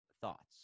thoughts